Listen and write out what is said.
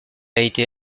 été